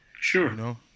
Sure